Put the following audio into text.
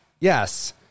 Yes